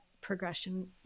progression